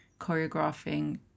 choreographing